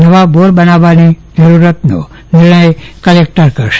નવા બોર બનાવવાની જરૂરતોનો નિર્ણય કલેકટર કરશે